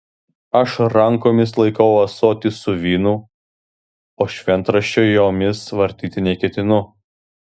aš rankomis laikau ąsotį su vynu o šventraščio jomis vartyti neketinu